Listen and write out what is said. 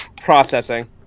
processing